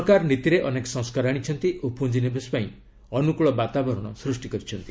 ସରକାର ନୀତିରେ ଅନେକ ସଂସ୍କାର ଆଣିଛନ୍ତି ଓ ପୁଞ୍ଜିନିବେଶ ପାଇଁ ଅନୁକୂଳ ବାତାବରଣ ସୃଷ୍ଟି କରିଛନ୍ତି